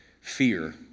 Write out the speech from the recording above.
fear